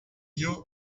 knew